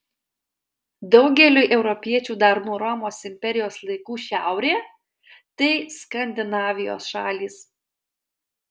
daugeliui europiečių dar nuo romos imperijos laikų šiaurė tai skandinavijos šalys